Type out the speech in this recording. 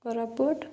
Koraput